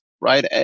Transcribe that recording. right